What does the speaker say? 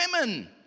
women